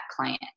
client